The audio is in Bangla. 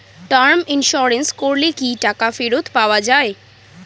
টার্ম ইন্সুরেন্স করলে কি টাকা ফেরত পাওয়া যায়?